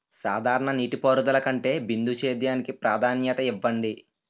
సాధారణ నీటిపారుదల కంటే బిందు సేద్యానికి ప్రాధాన్యత ఇవ్వండి